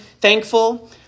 thankful